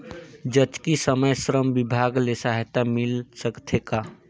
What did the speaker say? जचकी समय श्रम विभाग ले सहायता मिल सकथे का?